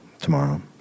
Tomorrow